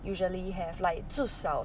usually have like 至少